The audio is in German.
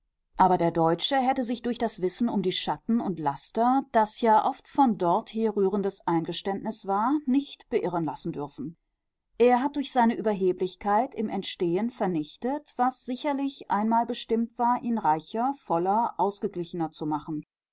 aber der deutsche hätte sich durch das wissen um die schatten und laster das ja oft von dorther rührendes eingeständnis war nicht beirren lassen dürfen er hat durch seine überheblichkeit im entstehen vernichtet was sicherlich einmal bestimmt war ihn reicher voller ausgeglichener zu machen